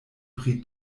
pri